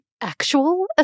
actual